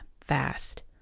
fast